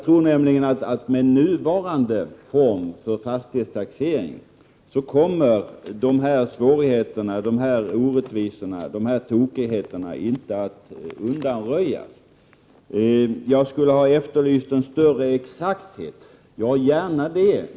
Med den aktuella fastighetstaxeringen kommer de här svårigheterna, orättvisorna och tokigheterna inte att kunna undanröjas. Jag skulle ha efterlyst en större exakthet. Ja, gärna det.